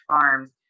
farms